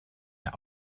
der